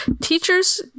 Teachers